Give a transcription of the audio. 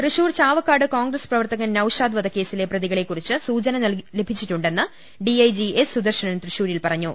തൃശൂർ ചാവക്കാട്ട് കോൺഗ്രസ് പ്രവർത്തകൻ നൌഷാദ് വധ ക്കേസിലെ പ്രതികളെ കുറിച്ച് സൂചന ലഭിച്ചിട്ടുണ്ടെന്ന് ഡിഐജി എസ് സുദർശൻ തൃശൂരിൽ പറഞ്ഞു